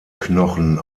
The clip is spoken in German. knochen